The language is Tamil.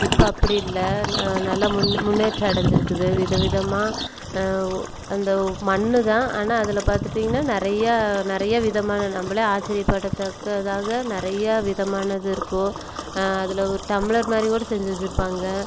இப்போ அப்படி இல்லை ந நல்லா முன் முன்னேற்றம் அடைஞ்சிருக்குது வித விதமாக அந்த மண்ணு தான் ஆனால் அதில் பார்த்துட்டீங்கனா நிறையா நிறையா விதமான நம்பளே ஆச்சரியப்படத்தக்கதாக நிறையா விதமானது இருக்கும் அதில் ஒரு டம்ளர் மாதிரி கூட செஞ்சு வச்சுருப்பாங்க